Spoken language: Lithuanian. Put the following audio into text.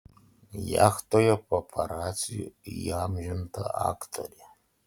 jachtoje paparacių įamžinta aktorė